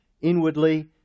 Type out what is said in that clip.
inwardly